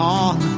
on